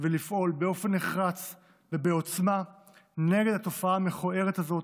ולפעול באופן נחרץ ובעוצמה נגד התופעה המכוערת הזאת,